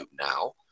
now